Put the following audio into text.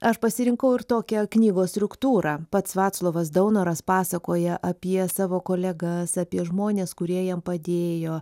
aš pasirinkau ir tokią knygos struktūrą pats vaclovas daunoras pasakoja apie savo kolegas apie žmones kurie jam padėjo